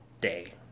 Day